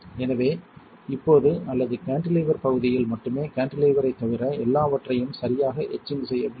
எனவே இப்போது அல்லது கான்டிலீவர் பகுதியில் மட்டுமே கான்டிலீவரைத் தவிர எல்லாவற்றையும் சரியாக எட்சிங் செய்ய வேண்டும்